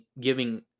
giving